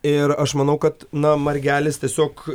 ir aš manau kad na margelis tiesiog